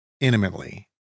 intimately